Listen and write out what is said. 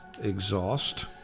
exhaust